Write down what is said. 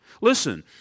Listen